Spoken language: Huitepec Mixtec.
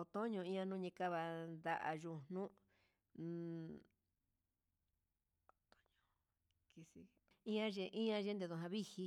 otoño ña nuni kua, ndayuu nuu he un otoño que isgue ian ye ianye kuja vijí.